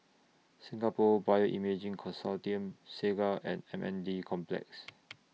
Singapore Bioimaging Consortium Segar and M N D Complex